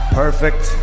perfect